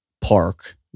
Park